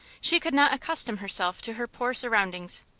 she could not accustom herself to her poor surroundings.